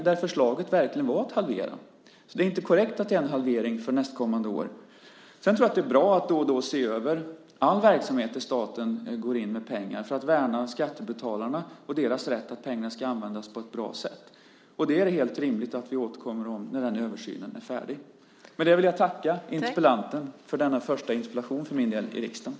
Där var förslaget verkligen att halvera, så det är inte korrekt att det är en halvering för nästkommande år. Sedan tror jag att det är bra att då och då se över all verksamhet där staten går in med pengar, för att värna skattebetalarna och deras rätt, att pengarna används på ett bra sätt. Det är helt rimligt att vi återkommer till det när den översynen är färdig. Med det vill jag tacka interpellanten för denna första interpellation för min del i riksdagen.